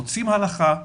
רוצים הלכה,